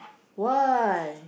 why